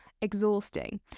exhausting